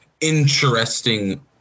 interesting